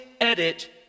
edit